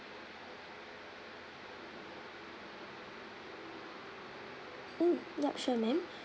mm yup sure ma'am